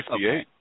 58